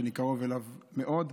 שאני קרוב אליו מאוד.